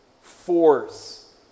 force